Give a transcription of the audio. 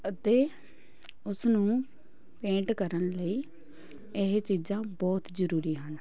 ਅਤੇ ਉਸ ਨੂੰ ਪੇਂਟ ਕਰਨ ਲਈ ਇਹ ਚੀਜ਼ਾਂ ਬਹੁਤ ਜ਼ਰੂਰੀ ਹਨ